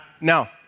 Now